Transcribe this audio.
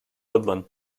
woodland